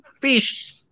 fish